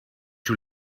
you